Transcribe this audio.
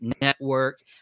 Network